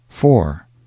Four